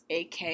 AK